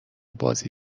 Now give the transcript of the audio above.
بازی